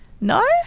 No